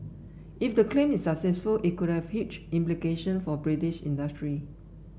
if the claim is successful it could have huge implication for British industry